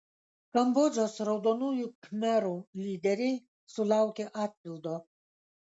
kambodžos raudonųjų khmerų lyderiai sulaukė atpildo